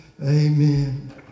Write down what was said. Amen